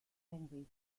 henry